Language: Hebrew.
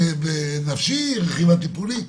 בנפשי, או רכיבה טיפולית.